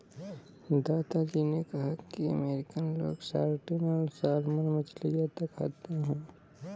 दादा जी ने कहा कि अमेरिकन लोग सार्डिन और सालमन मछली ज्यादा खाते हैं